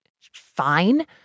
fine